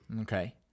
okay